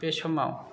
बे समाव